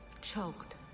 choked